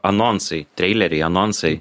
anonsai treileriai anonsai